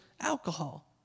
alcohol